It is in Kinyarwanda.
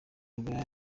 bikorwa